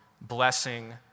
blessing